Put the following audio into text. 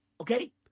Okay